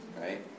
right